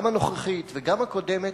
גם הנוכחית וגם הקודמת,